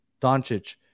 Doncic